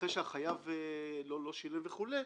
אחרי שהחייב לא שילם וכולי,